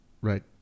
right